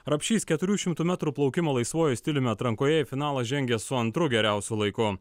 rapšys keturių šimtų metrų plaukimo laisvuoju stiliumi atrankoje į finalą žengė su antru geriausiu laiku